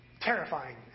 terrifying